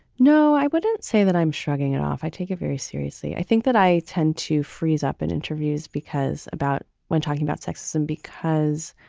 no, i wouldn't say that. i'm shrugging it off. i take it very seriously. i think that i tend to freeze up in interviews because about when talking about sexism because.